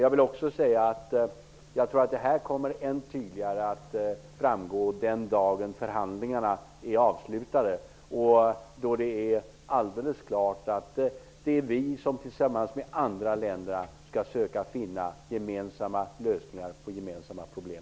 Detta kommer att framgå än tydligare den dag förhandlingarna är avslutade, då det är alldeles klart att det är vi som tillsammans med de andra länderna skall söka finna gemensamma lösningar på gemensamma problem.